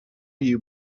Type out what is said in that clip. you